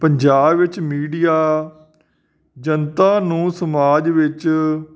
ਪੰਜਾਬ ਵਿੱਚ ਮੀਡੀਆ ਜਨਤਾ ਨੂੰ ਸਮਾਜ ਵਿੱਚ